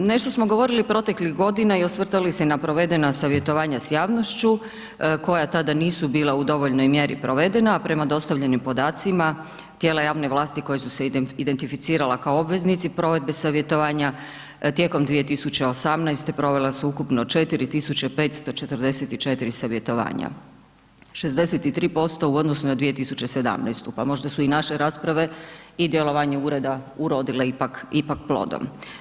Nešto smo govorili proteklih godina i osvrtali se na provedena savjetovanja s javnošću koja tada nisu bila u dovoljnoj mjeri provedena, a prema dostavljenim podacima, tijela javne vlasti koja su se identificirala kao obveznici provedbe savjetovanja, tijekom 2018. provela su ukupno 4544 savjetovanja, 63% u odnosu na 2017., pa možda su i naše rasprave i djelovanje ureda urodile ipak, ipak plodom.